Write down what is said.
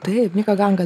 taip nika ganga